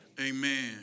amen